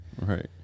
Right